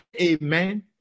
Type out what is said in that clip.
amen